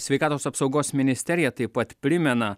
sveikatos apsaugos ministerija taip pat primena